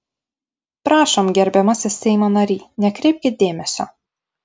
prašom gerbiamasis seimo nary nekreipkit dėmesio